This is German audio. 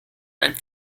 einem